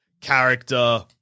character